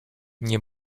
nie